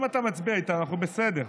אם אתה מצביע איתנו, אנחנו בסדר.